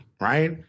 Right